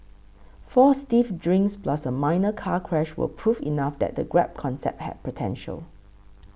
four stiff drinks plus a minor car crash were proof enough that the Grab concept had potential